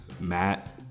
Matt